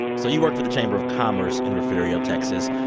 so you work for the chamber of commerce in refugio, texas.